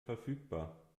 verfügbar